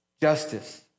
justice